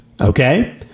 Okay